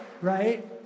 right